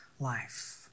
Life